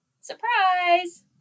surprise